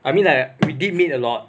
I mean like we did meet a lot